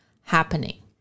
happening